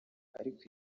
ariko